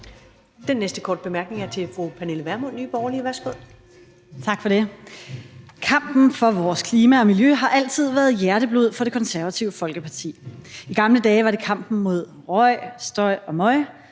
Den næste korte bemærkning er til fru Pernille Vermund, Nye Borgerlige. Værsgo. Kl. 15:30 Pernille Vermund (NB): Tak for det. Kampen for vores klima og miljø har altid været hjerteblod for Det Konservative Folkeparti. »I gamle dage var det kampen mod "røg, støj og møg".